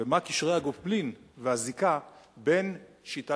ומה קשרי הגומלין והזיקה בין שיטת